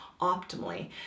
optimally